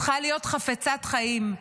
צריכה להיות חפצת חיים,